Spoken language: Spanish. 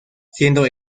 siendo